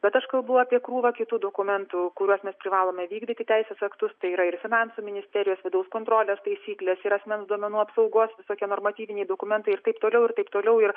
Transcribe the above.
bet aš kalbu apie krūvą kitų dokumentų kuriuos mes privalome vykdyti teisės aktus tai yra ir finansų ministerijos vidaus kontrolės taisyklės ir asmens duomenų apsaugos visokie normatyviniai dokumentai ir taip toliau ir taip toliau ir